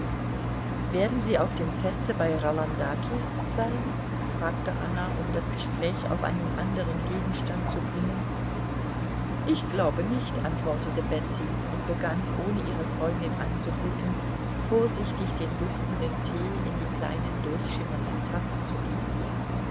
werden sie auf dem feste bei rolandakis sein fragte anna um das gespräch auf einen anderen gegenstand zu bringen ich glaube nicht antwortete betsy und begann ohne ihre freundin anzublicken vorsichtig den duftenden tee in die kleinen durchschimmernden tassen zu gießen